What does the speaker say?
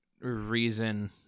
reason